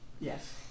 Yes